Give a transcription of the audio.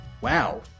Wow